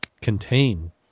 contain